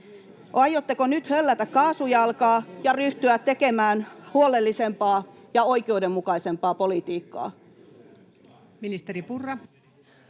Aiotteko nyt höllätä kaasujalkaa ja ryhtyä tekemään huolellisempaa ja oikeudenmukaisempaa politiikkaa?